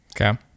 Okay